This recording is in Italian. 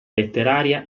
letteraria